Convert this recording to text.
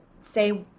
say